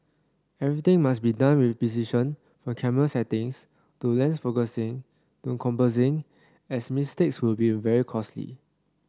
everything must be done with precision from camera settings to lens focusing to composing as mistakes will be very costly